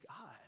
God